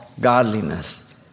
godliness